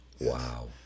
wow